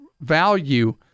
value